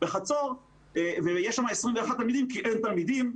בחצור ויש שם 21 תלמידים כי אין תלמידים,